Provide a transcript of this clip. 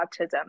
autism